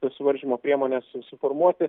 tas suvaržymo priemones su suformuoti